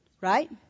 Right